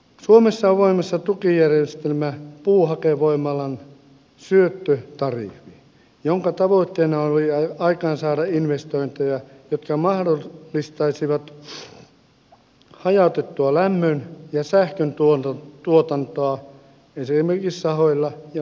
suomessa on voimassa tukijärjestelmä puuhakevoimalan syöttötariffiin jonka tavoitteena oli aikaansaada investointeja jotka mahdollistaisivat hajautettua lämmön ja sähköntuotantoa esimerkiksi sahoilla ja muuallakin